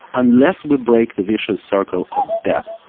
unless we break the vicious circle of debt,